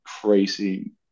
crazy